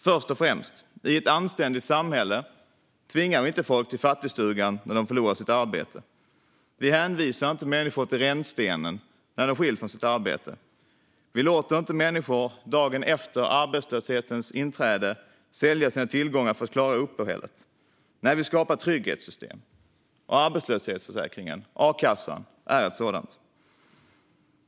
Först och främst: I ett anständigt samhälle tvingar vi inte folk till fattigstugan när de förlorar sitt arbete. Vi hänvisar inte människor till rännstenen när de skiljs från sitt arbete. Vi låter inte människor dagen efter arbetslöshetens inträde sälja sina tillgångar för att klara uppehället. Nej, vi skapar trygghetssystem. Arbetslöshetsförsäkringen, a-kassan, är ett sådant.